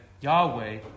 Yahweh